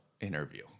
interview